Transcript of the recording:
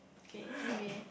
okay anyway